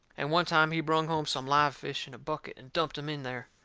and one time he brung home some live fish in a bucket and dumped em in there.